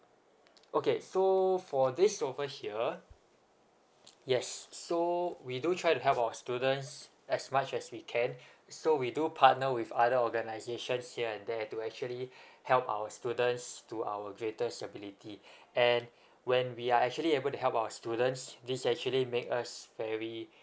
okay so for this over here yes so we do try to help our students as much as we can so we do partner with other organisations here and there to actually help our students to our greatest ability and when we are actually able to help our students this actually made us very